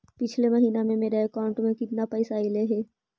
पिछले महिना में मेरा अकाउंट में केतना पैसा अइलेय हे?